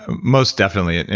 most definitely.